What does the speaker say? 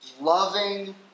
loving